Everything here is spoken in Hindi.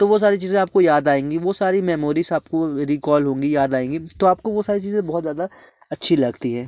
तो वो सारी चीज़ें आपको याद आएगी वो सारी मेमोरीस आपको रिकॉल होंगी याद आयेंगी तो आपको वो सारी चीज़ें बहुत ज़्यादा अच्छी लगती हैं